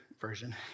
version